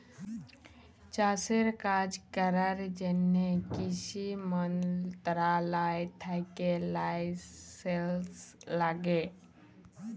চাষের কাজ ক্যরার জ্যনহে কিসি মলত্রলালয় থ্যাকে লাইসেলস ল্যাগে